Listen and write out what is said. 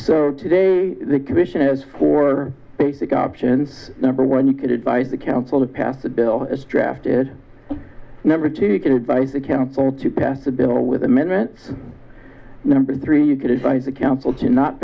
so today the commission has four basic options number one you can advise the council to pass a bill drafted number two you can advise the council to pass a bill with amendments number three you could advise the council to not